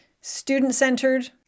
student-centered